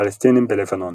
פלסטינים בלבנון